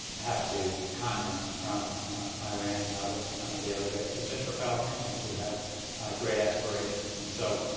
have to countenance from iran and others on a daily basis, and for palestinians who have great aspirations. and so,